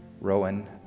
Rowan